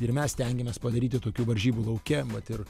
ir mes stengiamės padaryti tokių varžybų lauke vat ir